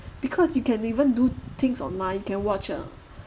because you can even do things online can watch a